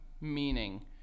meaning